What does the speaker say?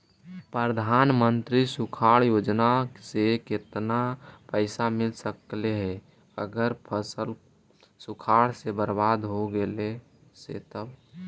प्रधानमंत्री सुखाड़ योजना से केतना पैसा मिल सकले हे अगर फसल सुखाड़ से बर्बाद हो गेले से तब?